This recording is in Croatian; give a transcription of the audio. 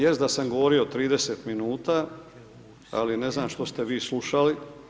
Jest da sam govorio 30 minuta, ali ne znam što ste vi slušali.